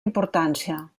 importància